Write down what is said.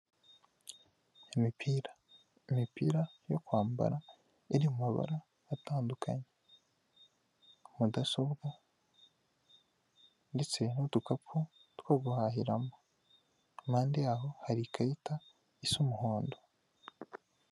Imipira, imipira yo kwambara iri mu mabara atandukanye mudasobwa ndetse n'udukapu two guhahiramo, impande yaho hari ikarita isa umuhondo.